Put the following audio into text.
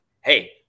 hey